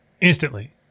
instantly